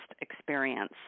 experience